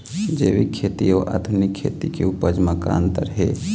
जैविक खेती अउ आधुनिक खेती के उपज म का अंतर हे?